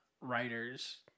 writers